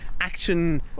Action